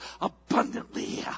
abundantly